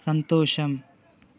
సంతోషం